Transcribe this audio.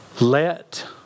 Let